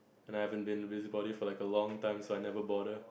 and I haven't been a busy body for like a long time so I never bother